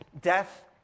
death